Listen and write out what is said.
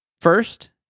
First